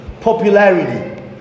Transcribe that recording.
popularity